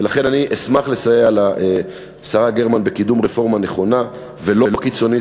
ולכן אני אשמח לסייע לשרה גרמן בקידום רפורמה נכונה ולא קיצונית,